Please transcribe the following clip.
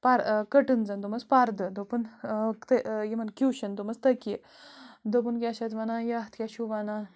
پَر کٔٹٕنزَن دوٚپمَس پَردٕ دوٚپُن تہٕ یِمَن کیوٗشَن دوٚپمَس تٔکیہِ دوٚپُن کیٛاہ چھِ اَتھ وَنان یَتھ کیٛاہ چھُو وَنان